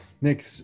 Nick